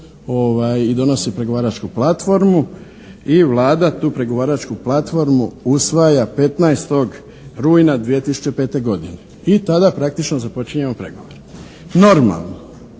i donosi pregovaračku platformu i Vlada tu pregovaračku platformu usvaja 15. rujna 2005. godine. I tada praktično započinjemo pregovore. Normalno